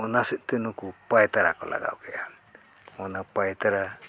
ᱚᱱᱟ ᱥᱮᱫ ᱛᱮ ᱱᱩᱠᱩ ᱯᱟᱭᱛᱟᱲᱟ ᱠᱚ ᱞᱟᱜᱟᱣ ᱠᱮᱫᱼᱟ ᱚᱱᱟ ᱯᱟᱭᱛᱟᱲᱟ